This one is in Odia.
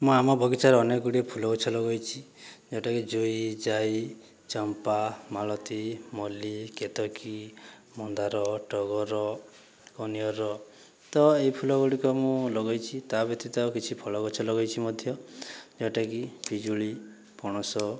ମୁଁ ଆମ ବଗିଚାରେ ଅନେକଗୁଡ଼ିଏ ଫୁଲଗଛ ଲଗାଇଛି ଯେଉଁଟାକି ଜୁଇ ଜାଇ ଚମ୍ପା ମାଳତୀ ମଲ୍ଲୀ କେତକୀ ମନ୍ଦାର ଟଗର କନିଅର ତ ଏହି ଫୁଲଗୁଡ଼ିକ ମୁଁ ଲଗାଇଛି ତା' ବ୍ୟତୀତ ଆଉ କିଛି ଫଳଗଛ ଲଗାଇଛି ମଧ୍ୟ ଯେଉଁଟାକି ପିଜୁଳି ପଣସ